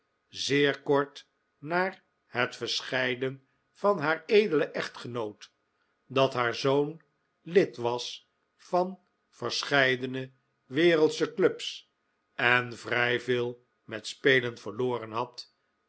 zeer kort na het verscheiden van haar edelen echtgenoot dat haar zoon lid was van verscheidene wereldsche clubs en vrij veel met spelen verloren had